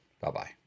bye-bye